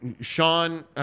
Sean